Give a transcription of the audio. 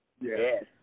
Yes